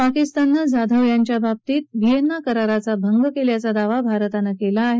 पाकिस्ताननं जाधव यांच्या बाबतीत व्हिएन्ना कराराचा भंग केल्याचा दावा भारतानं केला होता